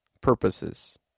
purposes